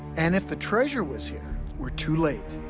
and if the treasure was here, we're too late.